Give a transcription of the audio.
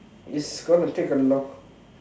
is gonna take a long